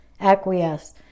acquiesce